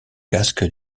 casque